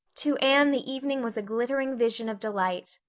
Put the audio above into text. to anne the evening was a glittering vision of delight.